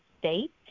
state